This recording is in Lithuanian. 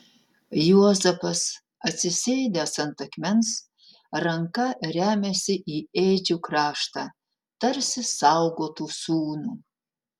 juozapas atsisėdęs ant akmens ranka remiasi į ėdžių kraštą tarsi saugotų sūnų